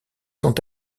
sont